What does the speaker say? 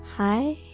hi